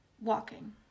Walking